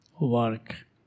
work